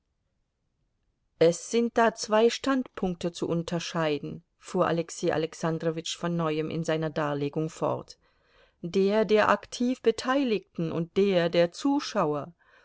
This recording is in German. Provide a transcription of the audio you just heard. es sind da zwei standpunkte zu unterscheiden fuhr alexei alexandrowitsch von neuem in seiner darlegung fort der der aktiv beteiligten und der der zuschauer